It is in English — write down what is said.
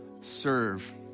serve